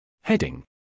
Heading